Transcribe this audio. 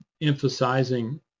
emphasizing